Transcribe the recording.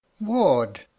ward